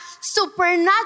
supernatural